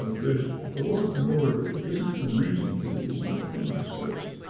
there's a lot more that isn't amazing to me is not been discussed.